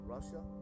Russia